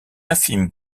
infime